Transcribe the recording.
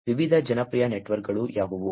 ವಿವಿಧ ಜನಪ್ರಿಯ ನೆಟ್ವರ್ಕ್ಗಳು ಯಾವುವು